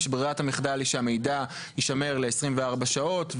שברירת המחדל היא שהמידע יישמר ל-24 שעות,